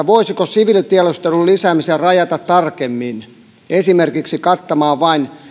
voisiko siviilitiedustelun lisäämisen rajata tarkemmin esimerkiksi kattamaan vain